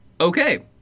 Okay